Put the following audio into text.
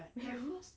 没有